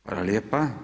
Hvala lijepa.